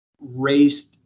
raised